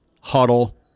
Huddle